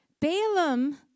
Balaam